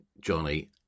Johnny